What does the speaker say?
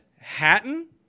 Hatton